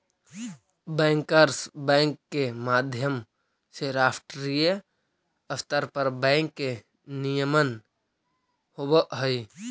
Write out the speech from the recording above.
bankers bank के माध्यम से राष्ट्रीय स्तर पर बैंक के नियमन होवऽ हइ